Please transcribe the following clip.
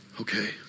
Okay